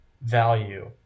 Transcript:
value